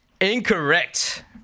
Incorrect